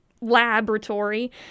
laboratory